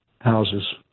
houses